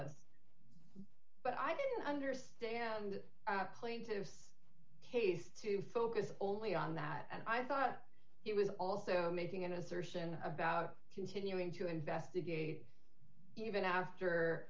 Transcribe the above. z but i didn't understand plaintiff's case to focus only on that and i thought it was also making an assertion about continuing to investigate even after